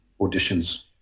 auditions